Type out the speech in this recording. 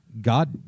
God